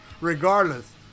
regardless